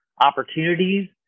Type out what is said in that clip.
opportunities